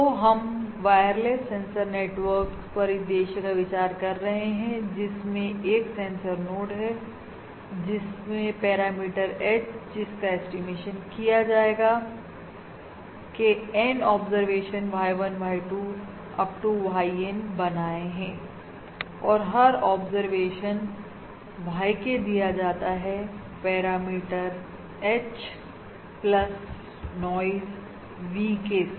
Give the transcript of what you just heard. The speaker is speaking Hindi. तो हम वायरलेस सेंसर नेटवर्क्स परिदृश्य का विचार कर रहे हैं जिसमें एक सेंसर नोड है जिसने पैरामीटर H जिसका ऐस्टीमेशन किया जाएगा के N observation Y1 Y2 Up to YN बनाएं है और हर ऑब्जर्वेशन YK दिया जाता है parameter H plus noise VK से